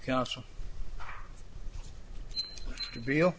counsel real